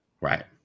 Right